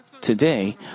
Today